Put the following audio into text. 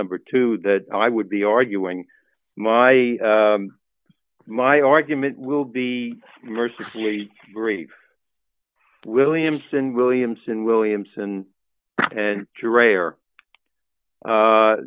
number two that i would be arguing my my argument will be mercifully great williamson williamson williamson and